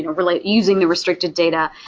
know, but like using the restricted data.